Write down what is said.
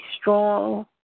strong